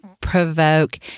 provoke